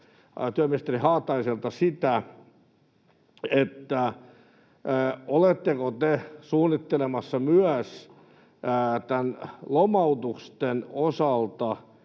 työministeri Haataiselta sitä, oletteko te suunnittelemassa myös lomautusten osalta